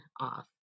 off